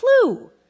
clue